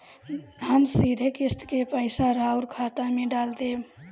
हम सीधे किस्त के पइसा राउर खाता में डाल देम?